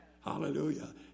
Hallelujah